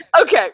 Okay